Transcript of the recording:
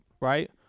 right